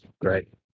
great